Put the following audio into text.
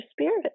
spirit